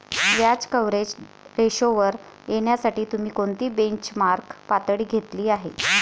व्याज कव्हरेज रेशोवर येण्यासाठी तुम्ही कोणती बेंचमार्क पातळी घेतली आहे?